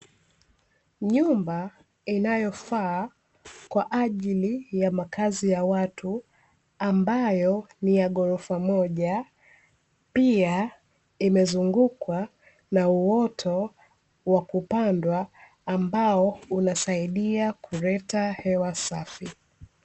Nyumba inayofaa kwa ajili ya makazi ya watu ambayo ni ya ghorofa moja, pia imezungukwa na uoto wa kupandwa ambao unasaidia kuleta hewa safi.